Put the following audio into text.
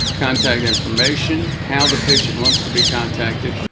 contact information, how the patient wants to be contacted,